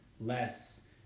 less